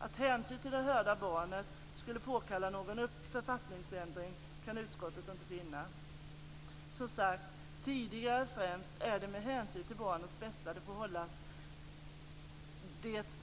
Att hänsyn till det hörda barnet skulle påkalla någon författningsändring kan utskottet inte finna. Som tidigare sagts är det främst med hänsyn till barnets bästa som det